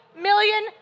million